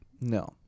no